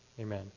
amen